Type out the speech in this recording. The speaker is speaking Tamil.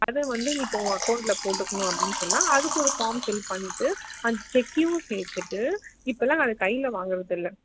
அது வந்து நீ இப்போது உங்கள் அகௌண்ட்டில் போட்டுக்கணும் அப்படின்னு சொன்னால் அதுக்கு ஒரு ஃபார்ம் ஃபில் பண்ணிட்டு அந்த செக்கையும் சேர்த்துட்டு இப்போல்லாம் நாங்கள் கையில் வாங்குறதில்லை